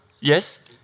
Yes